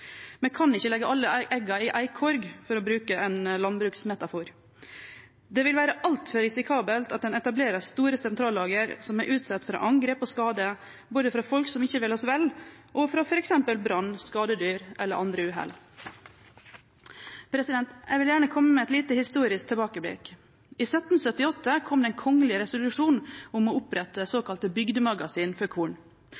Me kan ikkje leggje alle egga i éi korg, for å bruke ein landbruksmetafor. Det vil vere altfor risikabelt at ein etablerer store sentrallager som er utsette for angrep og skade både frå folk som ikkje vil oss vel, og frå f.eks. brann eller skadedyr eller frå andre uhell. Eg vil gjerne kome med eit lite historisk tilbakeblikk. I 1778 kom ein kongeleg resolusjon om å opprette